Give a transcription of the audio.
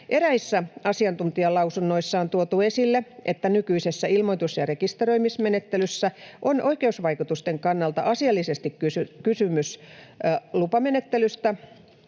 Eräissä asiantuntijalausunnoissa on tuotu esille, että nykyisessä ilmoitus- ja rekisteröimismenettelyssä on oikeusvaikutusten kannalta asiallisesti kysymys lupamenettelystä,